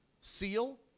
seal